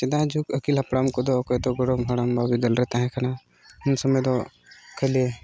ᱥᱮᱫᱟᱭ ᱡᱩᱜᱽ ᱟᱹᱜᱤᱞ ᱦᱟᱯᱲᱟᱢ ᱠᱚᱫᱚ ᱚᱠᱚᱭ ᱫᱚ ᱜᱚᱲᱚᱢ ᱦᱟᱲᱟᱢᱵᱟ ᱵᱤᱫᱟᱹᱞ ᱨᱮ ᱛᱟᱦᱮᱸ ᱠᱟᱱᱟ ᱩᱱ ᱥᱚᱢᱚᱭ ᱫᱚ ᱠᱷᱟᱹᱞᱤ